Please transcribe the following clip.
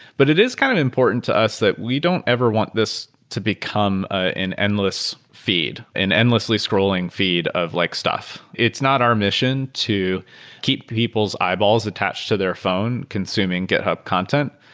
but it is kind of important to us that we don't ever want this to become an endless feed, an endlessly scrolling feed of like stuff. it's not our mission to keep people's eyeballs attached to their phone consuming github content.